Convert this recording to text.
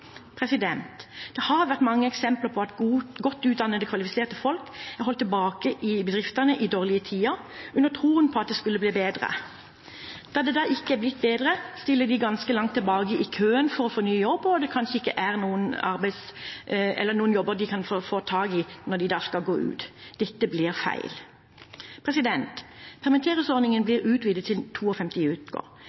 Det har vært mange eksempler på at godt utdannede, kvalifiserte folk er holdt tilbake i bedriftene i dårlige tider med tro på at det skulle bli bedre. Der det ikke er blitt bedre, stiller de ganske langt bak i køen for å få ny jobb, og kanskje er det ikke noen ny jobb å få tak i når de skal ut. Dette blir feil. Permitteringsordningen blir utvidet til